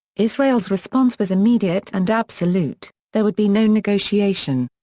israel's response was immediate and absolute there would be no negotiation.